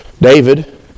David